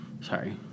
Sorry